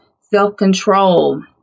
self-control